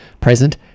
present